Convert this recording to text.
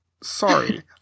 Sorry